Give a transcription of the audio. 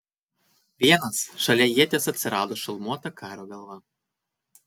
vienas šalia ieties atsirado šalmuota kario galva